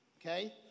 Okay